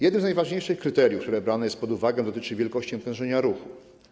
Jedno z najważniejszych kryteriów, które brane są pod uwagę, dotyczy wielkości natężenia ruchu.